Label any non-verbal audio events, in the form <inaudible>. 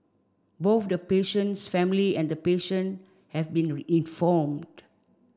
both the patient's family and patient have been <unintelligible> informed